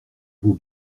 vos